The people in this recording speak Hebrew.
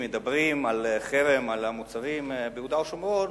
מדברים על חרם על המוצרים ביהודה ושומרון,